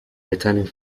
returning